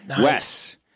Wes